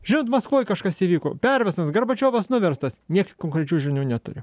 žinot maskvoj kažkas įvyko perversmas gorbačiovas nuverstas nieks konkrečių žinių neturi